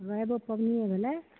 रविओ पबनिए भेलै